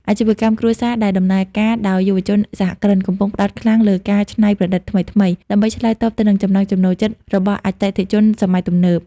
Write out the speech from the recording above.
អាជីវកម្មគ្រួសារដែលដំណើរការដោយយុវជនសហគ្រិន កំពុងផ្ដោតខ្លាំងលើការច្នៃប្រឌិតថ្មីៗ ដើម្បីឆ្លើយតបទៅនឹងចំណង់ចំណូលចិត្តរបស់អតិថិជនសម័យទំនើប។